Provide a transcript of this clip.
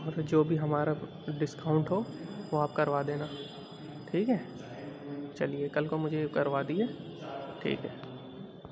اور پھر جو بھی ہمارا ڈسکاؤنٹ ہو وہ آپ کروا دینا ٹھیک ہے چلیے کل کو مجھے کروا دیئے ٹھیک ہے